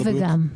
גם וגם.